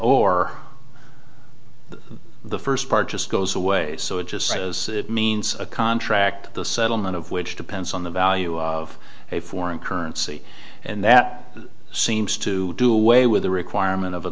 or the first part just goes away so it just says it means a contract the settlement of which depends on the value of a foreign currency and that seems to do away with the requirement of a